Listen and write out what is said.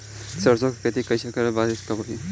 सरसों के खेती कईले बानी बारिश कब तक होई?